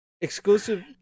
Exclusive